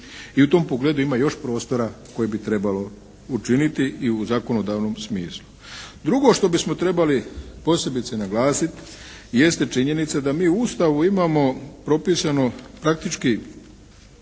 I u tom pogledu ima još prostora koje bi trebalo učiniti i u zakonodavnom smislu. Drugo što bismo trebali posebice naglasiti jeste činjenice da mi u Ustavu imamo propisano praktički